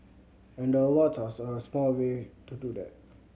and the awards are a small way to do that